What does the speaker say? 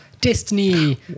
Destiny